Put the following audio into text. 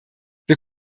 wir